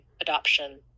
adoption